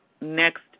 next